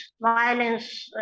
Violence